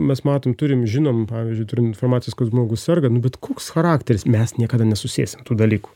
mes matom turim žinom pavyzdžiui turim informacijos kad žmogus serga nu bet koks charakteris mes niekada nesusiesim tų dalykų